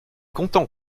content